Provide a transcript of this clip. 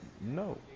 no